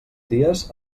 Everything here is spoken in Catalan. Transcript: dies